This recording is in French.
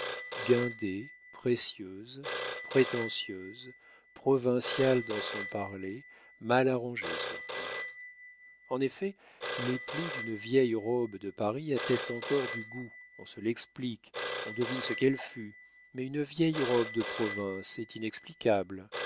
guindée précieuse prétentieuse provinciale dans son parler mal arrangée surtout en effet les plis d'une vieille robe de paris attestent encore du goût on se l'explique on devine ce qu'elle fut mais une vieille robe de province est inexplicable